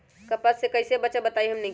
कपस से कईसे बचब बताई हमनी के?